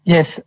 Yes